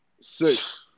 Six